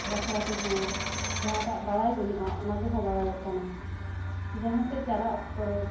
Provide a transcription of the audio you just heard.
ᱵᱟᱠᱷᱨᱟ ᱛᱮᱦᱚᱸ ᱡᱟᱦᱟᱸᱴᱟᱜ ᱵᱟᱲᱟᱭ ᱵᱟᱱᱩᱜᱼᱟ ᱚᱱᱟ ᱠᱚᱦᱚᱸ ᱵᱟᱲᱟᱭᱚᱜ ᱠᱟᱱᱟ ᱡᱟᱦᱟᱸ ᱥᱮᱡ ᱪᱟᱞᱟᱜ ᱚᱠᱛᱚ ᱨᱮ